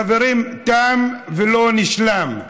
חברים, תם ולא נשלם.